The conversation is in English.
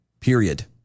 Period